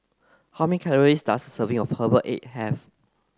how many calories does serving of Herbal Egg have